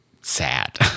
sad